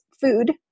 food